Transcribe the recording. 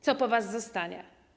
Co po was zostanie?